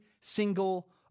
single